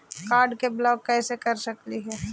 Card के block कैसे कर सकली हे?